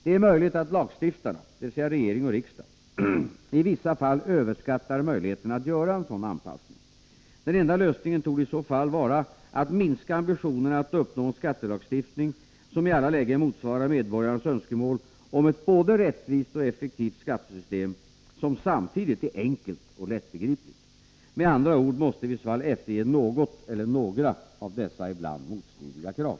Det är möjligt att lagstiftarna, dvs. regering och riksdag, i vissa fall överskattar möjligheterna att göra en sådan anpassning. Den enda lösningen torde i så fall vara att minska ambitionerna att uppnå en skattelagstiftning som i alla lägen motsvarar medborgarnas önskemål om ett både rättvist och effektivt skattesystem, som samtidigt är enkelt och lättbegripligt. Med andra ord måste vi i så fall efterge något eller några av dessa ibland motstridiga krav.